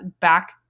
Back